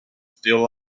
still